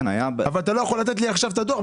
אבל אתה לא יכול לתת לי עכשיו את הדוח,